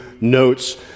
notes